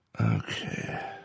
Okay